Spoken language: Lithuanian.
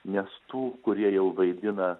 nes tų kurie jau vaidina